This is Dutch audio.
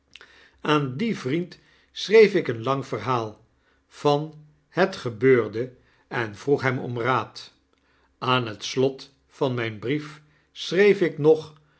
aan dien vriend schreef ik een lang verhaal van het gebeurde en vroeg hem om raad aan het slot van myn brief schreef ik nog